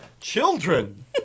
Children